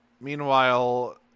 Meanwhile